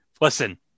listen